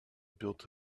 built